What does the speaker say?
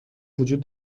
وجود